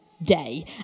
day